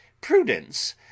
prudence